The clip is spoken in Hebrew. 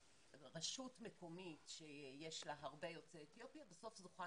רשות מקומית שיש לה הרבה יוצאי אתיופיה בסוף זוכה